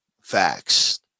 Facts